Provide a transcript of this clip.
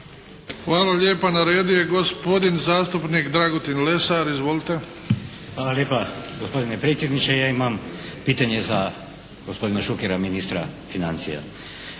Hvala lijepa na redu je gospodin zastupnik Dragutin Lesar. Izvolite. **Lesar, Dragutin (HNS)** Hvala lijepa gospodine predsjedniče. Ja imam pitanje za gospodina Šukera, ministra financija.